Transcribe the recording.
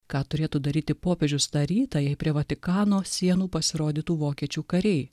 ką turėtų daryti popiežius tą rytą jei prie vatikano sienų pasirodytų vokiečių kariai